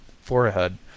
forehead